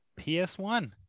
PS1